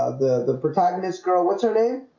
ah the the protagonist girl, what's her name?